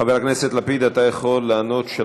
חבר הכנסת לפיד, אתה יכול לענות.